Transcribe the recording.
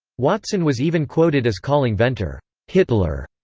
watson was even quoted as calling venter hitler.